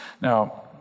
Now